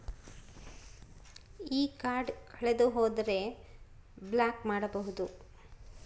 ಈ ಕಾರ್ಡ್ ಕಳೆದು ಹೋದರೆ ಬ್ಲಾಕ್ ಮಾಡಬಹುದು?